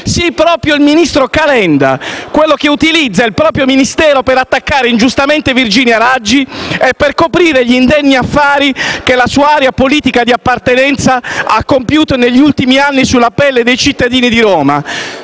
proprio del ministro Calenda, quello che utilizza il proprio Ministero per attaccare ingiustamente Virginia Raggi e coprire gli indegni affari che la sua area politica di appartenenza ha compiuto negli ultimi anni sulla pelle dei cittadini di Roma.